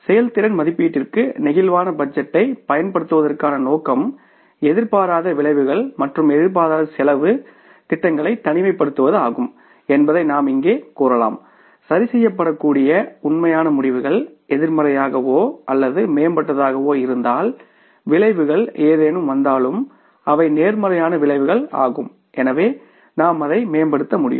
செயல்திறன் மதிப்பீட்டிற்கு பிளேக்சிபிள் பட்ஜெட்டைப் பயன்படுத்துவதற்கான நோக்கம் எதிர்பாராத விளைவுகள் மற்றும் எதிர்பாராத வரவு செலவுத் திட்டங்களை தனிமைப்படுத்துவதாகும் என்பதை நாம் இங்கே கூறலாம் சரிசெய்யப்படக்கூடிய உண்மையான முடிவுகள் எதிர்மறையாகவோ அல்லது மேம்பட்டதாகவோ இருந்தால் விளைவுகள் ஏதேனும் வந்தாலும் அவை நேர்மறையான விளைவுகள் ஆகும் எனவே நாம் அதை மேம்படுத்த முடியும்